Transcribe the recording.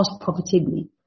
profitably